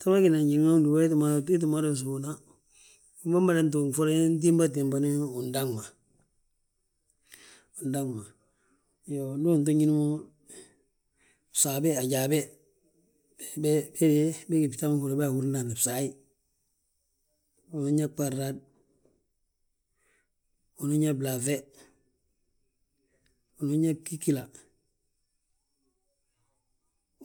Gyíŧi ma gina a njiŋni ma gdúba itin mada bà sówna. Wi ma mmada tuugna intimba timbani undaŋ ma, undaŋ ma. Iyoo ndu unto ñín mo, bsaa be ajaa he, be de be gí bta ma húri yaa be ahúri ndaani, bsaaye. Unan yaa barlad, unan yaa blaaŧe, unan yaa bgigila,